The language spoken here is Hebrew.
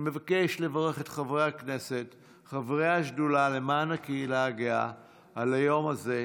אני מבקש לברך את חברי הכנסת חברי השדולה למען הקהילה הגאה על היום הזה,